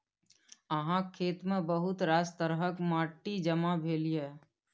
अहाँक खेतमे बहुत रास तरहक माटि जमा भेल यै